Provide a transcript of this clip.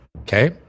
Okay